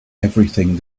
everything